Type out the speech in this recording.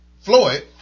Floyd